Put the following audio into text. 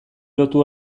lotu